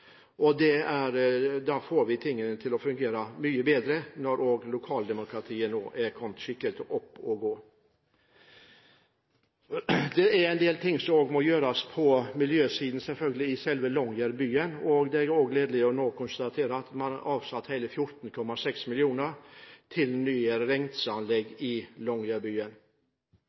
for statlige myndigheter. Vi får tingene til å fungere mye bedre når også lokaldemokratiet nå er kommet skikkelig opp å stå. Det er en del ting som må gjøres på miljøsiden, selvfølgelig, i selve Longyearbyen, og det er nå gledelig å kunne konstatere at man har avsatt hele 14,6 mill. kr til et nytt renseanlegg i